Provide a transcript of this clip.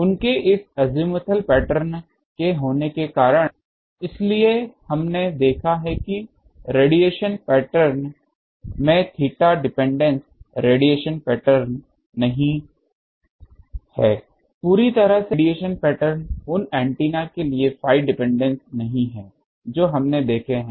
उनके इस azimuthal pattern के होने के कारण इसीलिए हमने देखा है कि रेडिएशन पैटर्न में थीटा डिपेंडेंस रेडिएशन पैटर्न नहीं है पूरी तरह से रेडिएशन पैटर्न उन एंटीना के लिए Phi डिपेंडेंस नहीं है जो हमने देखे हैं